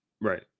Right